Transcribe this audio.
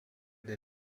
der